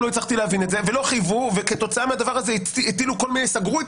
ולא חייבו וכתוצאה מהדבר הזה סגרו את